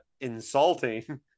insulting